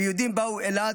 ויהודים באו אילת,